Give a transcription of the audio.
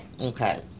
Okay